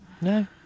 No